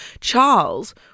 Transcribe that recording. Charles